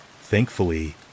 Thankfully